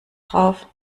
drauf